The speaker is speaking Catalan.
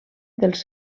dels